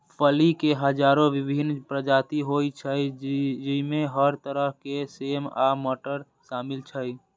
फली के हजारो विभिन्न प्रजाति होइ छै, जइमे हर तरह के सेम आ मटर शामिल छै